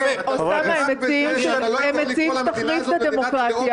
הם מציעים שתחריב את הדמוקרטיה.